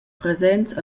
presents